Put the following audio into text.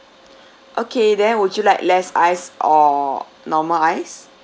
okay then would you like less ice or normal ice